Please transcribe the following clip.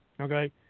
Okay